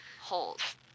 holes